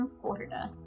Florida